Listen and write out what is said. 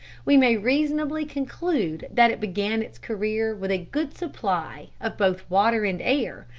we may reasonably conclude that it began its career with a good supply of both water and air,